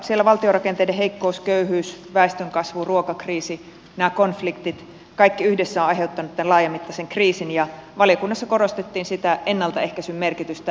siellä valtiorakenteiden heikkous köyhyys väestönkasvu ruokakriisi konfliktit kaikki yhdessä ovat aiheuttaneet tämän laajamittaisen kriisin ja valiokunnassa korostettiin sitä ennaltaehkäisyn merkitystä